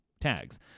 tags